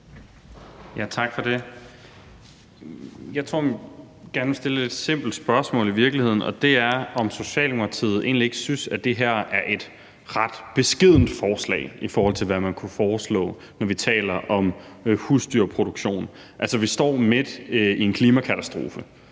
Tak for det. Jeg vil gerne stille et i virkeligheden simpelt spørgsmål, og det er, om Socialdemokratiet egentlig ikke synes, at det her er et ret beskedent forslag, i forhold til hvad man kunne foreslå, når vi taler om husdyrproduktion. Altså, vi står midt i en klimakatastrofe;